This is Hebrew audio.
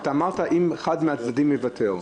כי אתה אמרת: אם אחד מהצדדים מוותר.